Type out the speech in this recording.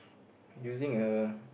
using a